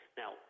now